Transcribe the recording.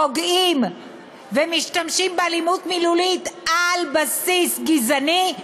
פוגעים ומשתמשים באלימות מילולית על בסיס גזעני,